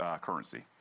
currency